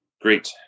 Great